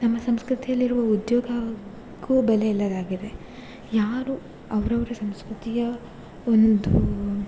ನಮ್ಮ ಸಂಸ್ಕೃತಿಯಲ್ಲಿರುವ ಉದ್ಯೋಗಕ್ಕೂ ಬೆಲೆ ಇಲ್ಲದಾಗಿದೆ ಯಾರು ಅವರವ್ರ ಸಂಸ್ಕೃತಿಯ ಒಂದು